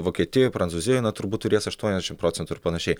vokietijoj prancūzijoj na turbūt turės aštuoniasdešimt procentų ir panašiai